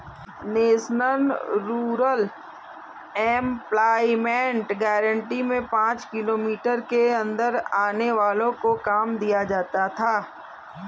national rural employment guarantee में पांच kilometre के अंदर आने वालो को काम दिया जाता था